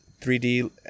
3d